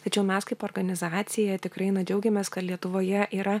tačiau mes kaip organizacija tikrai na džiaugiamės kad lietuvoje yra